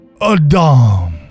Adam